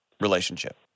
relationship